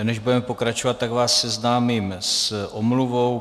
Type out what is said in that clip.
Než budeme pokračovat, tak vás seznámím s omluvou.